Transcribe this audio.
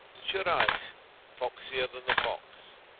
shurayh foxier than the fox